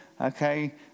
Okay